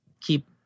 keep